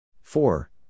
Four